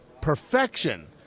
Perfection